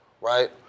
right